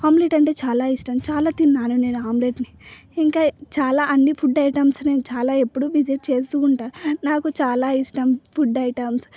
omelette అంటే చాలా ఇష్టం చాలా తిన్నాను నేను ఆమ్లెట్ని ఇంకా చాలా అన్నీ ఫుడ్ ఐటెమ్స్ని నేను చాలా ఎప్పుడు విజిట్ చేస్తు ఉంటాను నాకు చాలా ఇష్టం ఫుడ్ ఐటెమ్స్